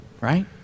right